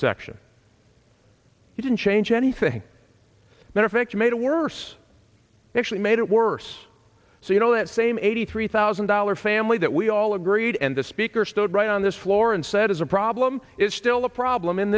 section didn't change anything but in fact made it worse actually made it worse so you know that same eighty three thousand dollars family that we all agreed and the speaker stood right on this floor and said is a problem is still a problem in